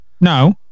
No